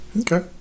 okay